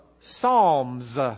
Psalms